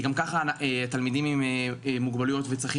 גם ככה תלמידים עם מוגבלויות וצרכים